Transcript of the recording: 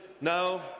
No